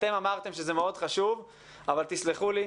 אתם אמרתם שזה מאוד חשוב אבל תסלחו לי,